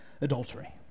adultery